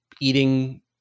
eating